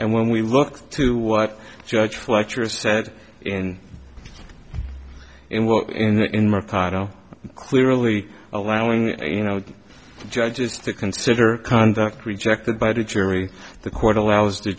and when we look to what judge fletcher said and in what in mercado clearly allowing you know judges to consider conduct rejected by the jury the court allows the